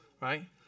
right